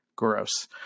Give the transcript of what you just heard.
gross